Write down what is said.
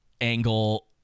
angle